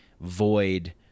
void